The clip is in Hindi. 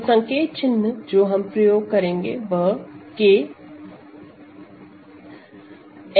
तो संकेत चिन्ह जो हम प्रयोग करेंगे वह K F है